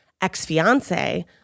ex-fiance